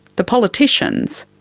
the politicians,